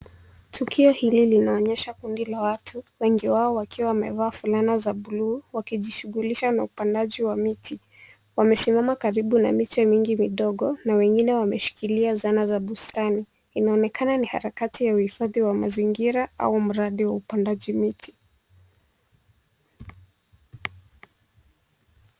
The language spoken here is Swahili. Tukio hili linaonyesha kundi la watu, wengi wao wakiwa wamevaa fulana za bluu wakijishughulisha na upandaji wa miti. Wamesimama karibu na miche mingi midogo na wengine wameshikilia zana za bustani. Inaonekana ni harakati ya uhifadhi wa mazingira au mradi wa upandaji miti.